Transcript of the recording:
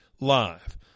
live